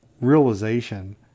realization